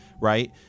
right